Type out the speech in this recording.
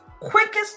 quickest